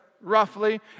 roughly